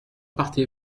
partez